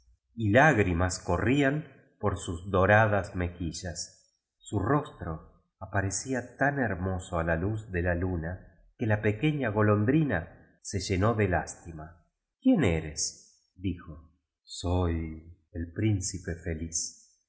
y lágrimas corrían jior sus doradas mejillas su rostro aparecía tan hermoso a la luz de la luna que ja pequeña golondrina se llenó de lástima quién eres dijo soy el príncipe feliz